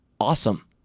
awesome